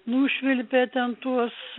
nušvilpė ten tuos